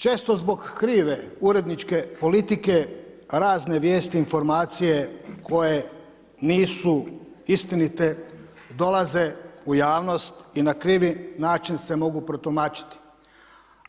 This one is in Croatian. Često zbog krive uredničke politike razne vijesti informacije, koje nisu istinite, dolaze u javnost i na krivi način se mogu protumačiti,